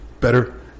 better